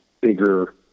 bigger